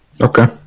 Okay